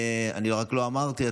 אני רק לא אמרתי,